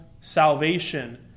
salvation